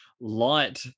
light